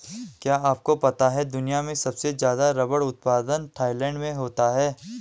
क्या आपको पता है दुनिया में सबसे ज़्यादा रबर उत्पादन थाईलैंड में होता है?